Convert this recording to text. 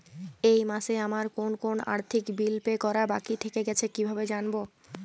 এই মাসে আমার কোন কোন আর্থিক বিল পে করা বাকী থেকে গেছে কীভাবে জানব?